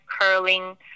curling